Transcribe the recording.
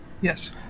Yes